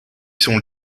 son